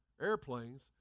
airplanes